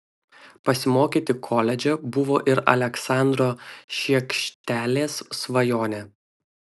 pasimokyti koledže buvo ir aleksandro šiekštelės svajonė